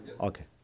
Okay